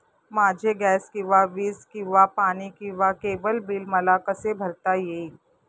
माझे गॅस किंवा वीज किंवा पाणी किंवा केबल बिल मला कसे भरता येईल?